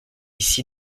ici